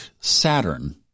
Saturn